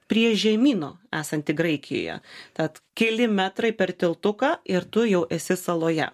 prie žemyno esanti graikijoje tad keli metrai per tiltuką ir tu jau esi saloje